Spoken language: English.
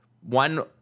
one